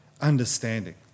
understanding